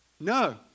No